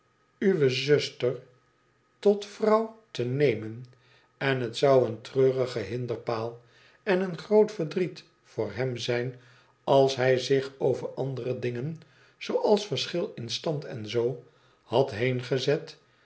uwe zuster tot vrouw te nemen en het zou een treurige hinderpaal en een groot verdriet voor hem zijn als hij zich over andere dbgen zooals verschil in stand en zoo had